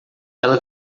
ela